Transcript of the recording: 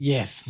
Yes